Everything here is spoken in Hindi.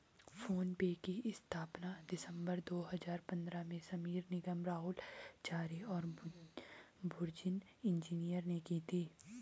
फ़ोन पे की स्थापना दिसंबर दो हजार पन्द्रह में समीर निगम, राहुल चारी और बुर्जिन इंजीनियर ने की थी